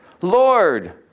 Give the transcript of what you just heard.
Lord